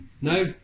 No